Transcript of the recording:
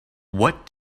what